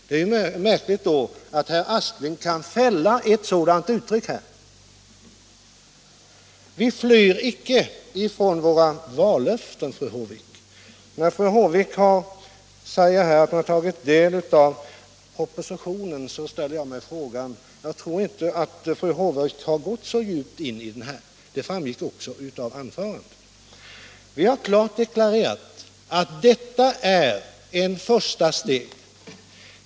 Det är märkligt att herr Aspling kan fälla ett sådant omdöme. Vi flyr inte ifrån våra vallöften, fru Håvik. När fru Håvik säger att hon har tagit del av propositionen, ställer jag mig frågande. Jag tror inte att fru Håvik har gått så djupt in i den, något som också framgick av hennes anförande. Vi har klart deklarerat att detta är ett första steg.